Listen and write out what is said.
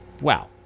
Wow